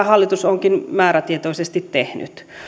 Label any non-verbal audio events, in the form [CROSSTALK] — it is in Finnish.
[UNINTELLIGIBLE] hallitus onkin määrätietoisesti tehnyt